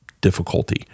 difficulty